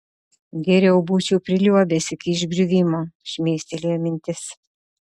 geriau būčiau priliuobęs iki išgriuvimo šmėstelėjo mintis